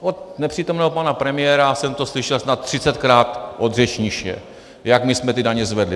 Od nepřítomného pana premiéra jsem slyšel snad třicetkrát od řečniště, jak my jsme daně zvedli.